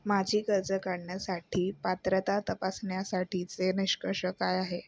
माझी कर्ज काढण्यासाठी पात्रता तपासण्यासाठीचे निकष काय आहेत?